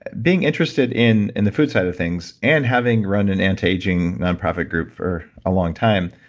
being interested in in the food side of things and having run an anti-aging nonprofit group for a long time,